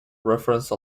reference